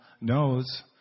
knows